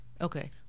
Okay